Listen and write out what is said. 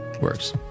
works